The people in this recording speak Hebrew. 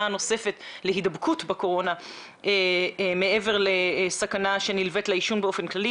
הנוספת להידבקות בקורונה מעבר לסכנה שנלווית לעישון באופן כללי,